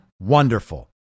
wonderful